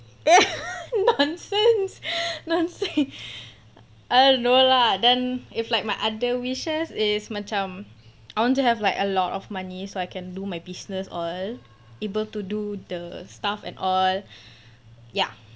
eh nonsense nonsense ah no lah then if like my other wishes is macam I want to have like a lot of money so I can do my business all able to do the stuff and all ya